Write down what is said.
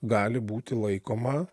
gali būti laikoma